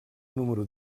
número